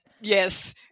yes